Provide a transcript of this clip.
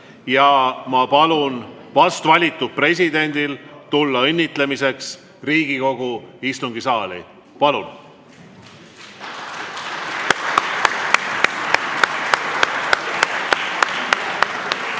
ja ma palun vast valitud presidendil tulla õnnitlemiseks Riigikogu istungisaali. Palun!